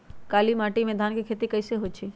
काली माटी में धान के खेती कईसे होइ छइ?